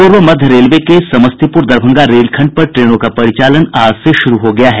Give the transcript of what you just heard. पूर्व मध्य रेलवे के समस्तीपूर दरभंगा रेल खंड पर ट्रेनों का परिचालन आज से शुरू हो गया है